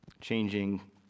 Changing